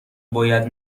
باید